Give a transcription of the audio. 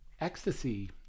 ecstasy